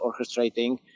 orchestrating